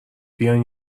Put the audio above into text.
بیاین